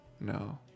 no